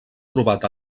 trobat